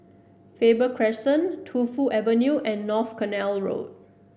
Faber Crescent Tu Fu Avenue and North Canal Road